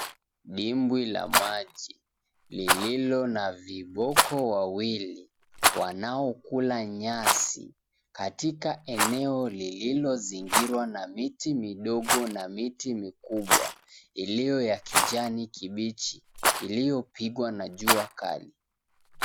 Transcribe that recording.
Dimbwi la maji lililo na viboko wawili wanaokula nyasi katika eneo lililozingirwa na miti midogo na miti mikubwa iliyo ya kijani kibichi iliyopigwa na jua kali.